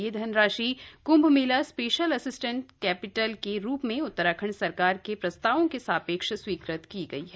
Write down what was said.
यह राशि Kumbh Mela special assistance capital के रूप में उत्तराखंड सरकार के प्रस्तावों के सापेक्ष स्वीकृत की गई है